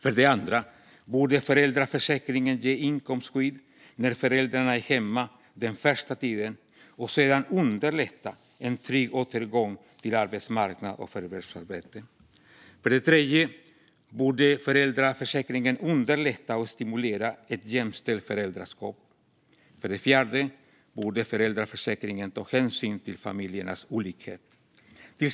För det andra borde föräldraförsäkringen ge inkomstskydd när föräldrarna är hemma den första tiden och sedan underlätta en trygg återgång till arbetsmarknad och förvärvsarbete. För det tredje borde föräldraförsäkringen underlätta och stimulera till ett jämställt föräldraskap. För det fjärde borde föräldraförsäkringen ta hänsyn till familjernas olikhet.